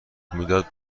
میدهد